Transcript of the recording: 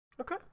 okay